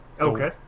Okay